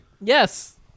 Yes